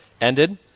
ended